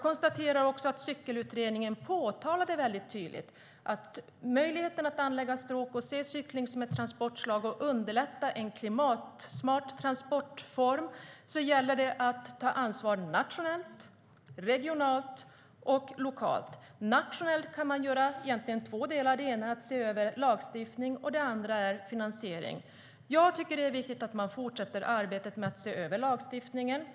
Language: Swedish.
Cyklingsutredningen påpekade tydligt att för att anlägga stråk, för att se cykling som ett transportslag och för att underlätta för en klimatsmart transportform gäller det att ta ansvar nationellt, regionalt och lokalt. Nationellt kan man göra två saker. Det ena är att se över lagstiftning, och det andra är finansiering. Det är viktigt att fortsätta arbetet med att se över lagstiftningen.